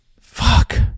Fuck